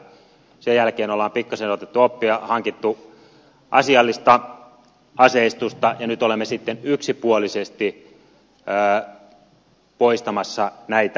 sen jälkeen on pikkuisen otettu oppia hankittu asiallista aseistusta ja nyt olemme sitten yksipuolisesti poistamassa näitä aseita käytöstä